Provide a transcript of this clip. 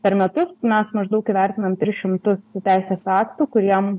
per metus mes maždaug įvertinam tris šimtus teisės aktų kuriem